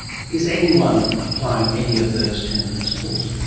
is anyone applying any of those ten principles?